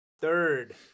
third